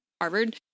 Harvard